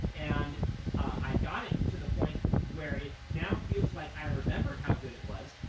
and i got it to the point where it now feels like i remembered how good it was.